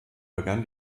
begann